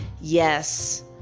Yes